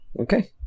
okay